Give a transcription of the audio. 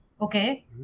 okay